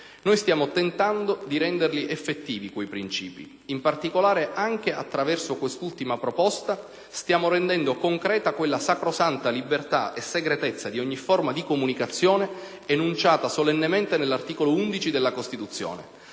Stiamo tentando di renderli effettivi quei principi: in particolare, anche attraverso quest'ultima proposta, stiamo rendendo concreta quella sacrosanta libertà e segretezza di ogni forma di comunicazione enunciata solennemente nell'articolo 15 della Costituzione.